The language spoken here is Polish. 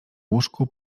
łóżku